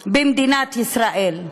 במדינת ישראל.